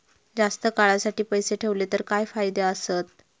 जास्त काळासाठी पैसे ठेवले तर काय फायदे आसत?